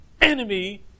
enemy